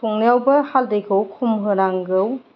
संनायावबो हाल्दैखौ खम होनांगौ